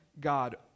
God